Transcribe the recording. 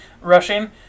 rushing